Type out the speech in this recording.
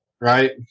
right